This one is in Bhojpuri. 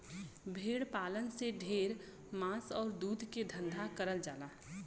भेड़ पालन से ढेर मांस आउर दूध के धंधा करल जाला